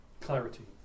clarity